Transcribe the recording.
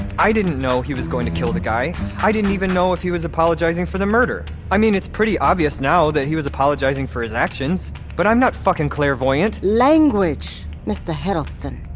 i didn't know he was going to kill the guy. i didn't even know if he was apologizing for the murder. i mean, it's pretty obvious now that he was apologizing for his actions, but i'm not fucking clairvoyant language, mister heddleston.